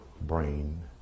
brain